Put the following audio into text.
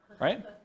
Right